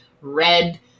red